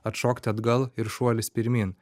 atšokti atgal ir šuolis pirmyn